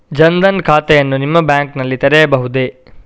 ಜನ ದನ್ ಖಾತೆಯನ್ನು ನಿಮ್ಮ ಬ್ಯಾಂಕ್ ನಲ್ಲಿ ತೆರೆಯಬಹುದೇ?